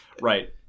right